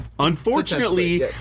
Unfortunately